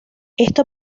esto